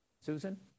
Susan